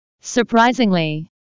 Surprisingly